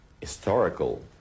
historical